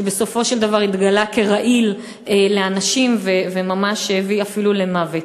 שבסופו של דבר התגלה כרעיל לאנשים וממש הביא אפילו למוות.